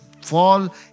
fall